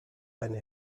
eine